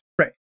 right